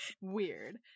weird